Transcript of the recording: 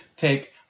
Take